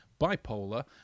Bipolar